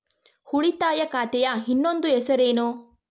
ಉಳಿತಾಯ ಖಾತೆಯ ಇನ್ನೊಂದು ಹೆಸರೇನು?